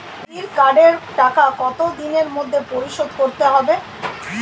বিড়ির কার্ডের টাকা কত দিনের মধ্যে পরিশোধ করতে হবে?